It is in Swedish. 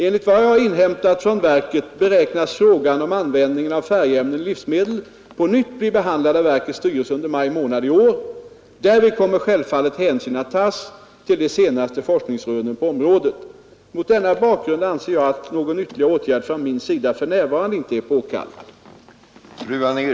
Enligt vad jag inhämtat från verket beräknas frågan om användningen av färgämnen i livsmedel på nytt bli behandlad av verkets styrelse under maj månad i år. Därvid kommer självfallet hänsyn att tas till de senaste forskningsrönen på området. Mot denna bakgrund anser jag att någon ytterligare åtgärd från min sida för närvarande inte är påkallad.